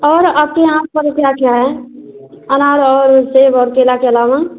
और आपके यहाँ पर फल क्या क्या है अनार और सेब और केला के अलावा